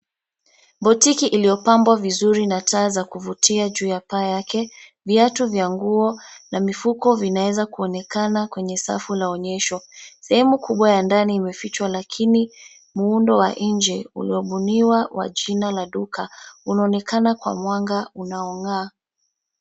Botiki iliyopambwa vizuri na taa za kuvutia juu ya paa yake. Viatu vya nguo na mifuko vinaweza kuonekana kwenye safu la onyesho. Sehemu kubwa ya ndani imefichwa lakini muundo wa nje uliobuniwa wa jina la duka unaonekana kwa mwanga unaong'a.